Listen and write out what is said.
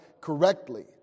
correctly